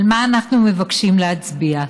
על מה אנחנו מבקשים להצביע?